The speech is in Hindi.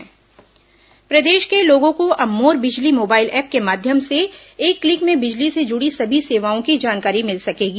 मोर बिजली ऐप प्रदेश के लोगों को अब मोर बिजली मोबाइल ऐप के माध्यम से एक क्लिक में बिजली से जुड़ी सभी सेवाओं की जानकारी मिल सकेगी